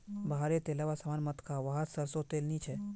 बाहर रे तेलावा सामान मत खा वाहत सरसों तेल नी छे